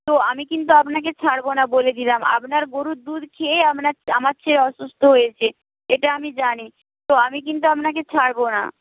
তো আমি কিন্তু আপনাকে ছাড়বো না বলে দিলাম আপনার গরুর দুধ খেয়েই আমার ছেলে অসুস্থ হয়েছে এটা আমি জানি তো আমি কিন্তু আপনাকে ছাড়বো না